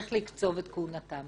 לקיומה של ישראל כמדינה דמוקרטית.